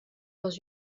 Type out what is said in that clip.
dans